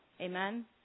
Amen